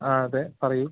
ആ അതെ പറയൂ